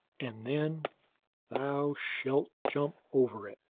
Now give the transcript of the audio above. and then thou shalt jump over it.